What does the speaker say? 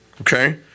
okay